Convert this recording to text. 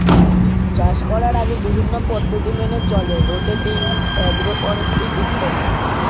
চাষ করার আগে বিভিন্ন পদ্ধতি মেনে চলে রোটেটিং, অ্যাগ্রো ফরেস্ট্রি ইত্যাদি